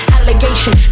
Allegation